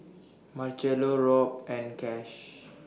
Marchello Robb and Cash